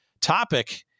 topic